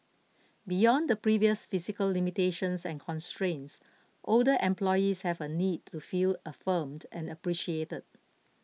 beyond the previous physical limitations and constraints older employees have a need to feel affirmed and appreciated